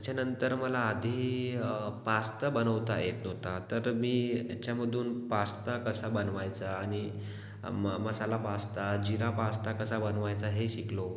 त्याच्यानंतर मला आधी पास्ता बनवता येत नव्हता तर मी याच्यामधून पास्ता कसा बनवायचा आणि म मसाला पास्ता जिरा पास्ता कसा बनवायचा हे शिकलो